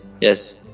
Yes